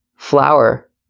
Flower